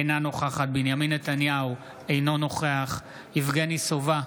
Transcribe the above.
אינה נוכחת בנימין נתניהו, אינו נוכח יבגני סובה,